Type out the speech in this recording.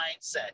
mindset